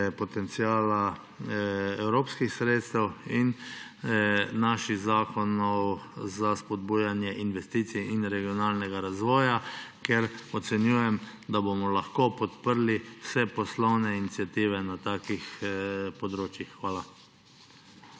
potenciala evropskih sredstev in naših zakonov za spodbujanje investicij in regionalnega razvoja, ker ocenjujem, da bomo lahko podprli vse poslovne iniciative na takih področjih. Hvala.